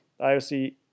IOC